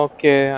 Okay